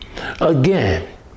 Again